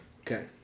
Okay